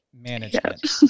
management